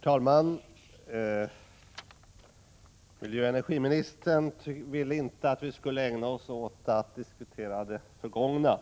Herr talman! Miljöoch energiministern ville inte att vi skulle ägna oss åt att diskutera det förgångna.